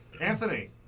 Anthony